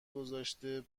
گذاشته